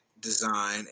design